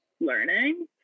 learning